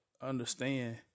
understand